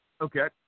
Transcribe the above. Okay